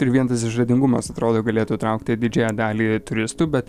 ir vien tas išradingumas atrodo galėtų traukti didžiąją dalį turistų bet